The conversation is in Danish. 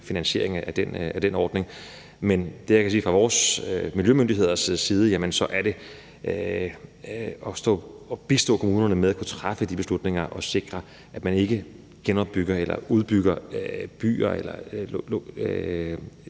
til erhvervsministeren. Men det, jeg også kan sige fra vores miljømyndigheders side, er, at de bistår kommunerne med at kunne træffe de beslutninger og sikre, at man ikke genopbygger eller udbygger byer, anlæg